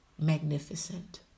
magnificent